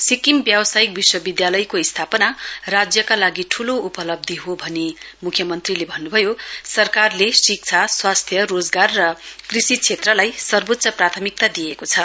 सिक्किम व्यावसायिक विश्वविद्यालयको स्थापना राज्यका लागि ठूलो उपलब्धी हो भनी मुख्यमन्त्रीले भन्नभयो सरकारले शिक्षा स्वास्थ्य रोजगार र कृषि क्षेत्रलाई सर्वोच्च प्राथमिकता दिएको छ